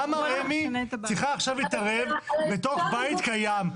למה רמ"י צריכה עכשיו להתערב לתוך בית קיים?